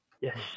Yes